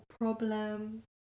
problem